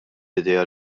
idea